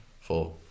four